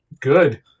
Good